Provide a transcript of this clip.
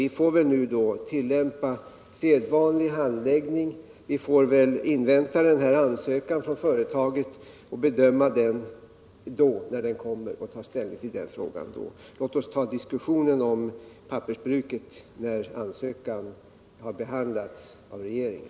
Vi skall väl nu tillämpa sedvanlig handläggning; vi inväntar ansökan från företaget, bedömer den när den kommer och tar ställning till frågan då. Låt oss ta diskussionen om pappersbruket när ansökan har behandlats av regeringen!